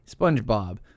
Spongebob